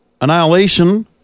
Annihilation